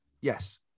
Yes